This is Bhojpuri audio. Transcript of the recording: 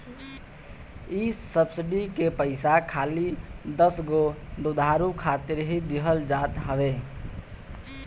इ सब्सिडी के पईसा खाली दसगो दुधारू खातिर ही दिहल जात हवे